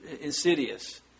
insidious